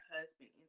husband